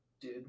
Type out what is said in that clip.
Dude